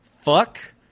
Fuck